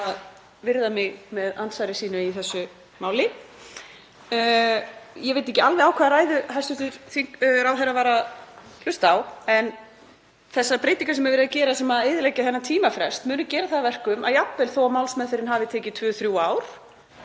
að virða mig með andsvari sínu í þessu máli. Ég veit ekki alveg á hvaða ræðu hæstv. ráðherra var að hlusta en þessar breytingar sem verið er að gera sem eyðileggja þennan tímafrest, munu gera það að verkum að jafnvel þó að málsmeðferðin hafi tekið tvö til þrjú ár